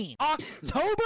October